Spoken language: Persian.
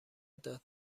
داد